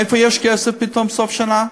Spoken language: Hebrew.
מאיפה יש כסף פתאום, בסוף שנה?